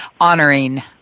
honoring